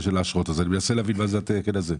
אני מנסה להבין מה זה התקן הזה.